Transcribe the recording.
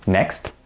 next,